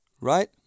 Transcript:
right